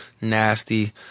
nasty